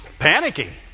panicking